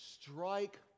strike